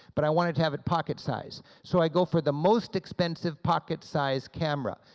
but i wanted to have a pocket-size. so i go for the most expensive pocket-sized camera.